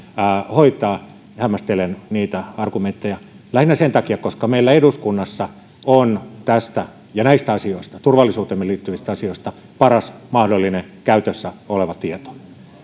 hoitaa hämmästelen niitä argumentteja lähinnä sen takia että meillä eduskunnassa on näistä asioista turvallisuuteemme liittyvistä asioista paras mahdollinen käytössä oleva tieto